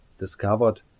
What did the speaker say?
discovered